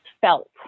felt